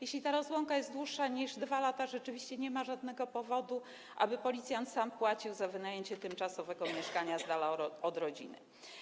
Jeśli ta rozłąka trwa dłużej niż 2 lata, to rzeczywiście nie ma żadnego powodu, aby policjant sam płacił za wynajęcie tymczasowego mieszkania z dala od rodziny.